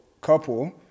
couple